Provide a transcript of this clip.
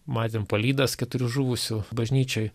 matėm palydas keturių žuvusių bažnyčioj